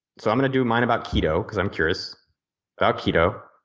so i'm going to do mine about keto, because i'm curious about keto.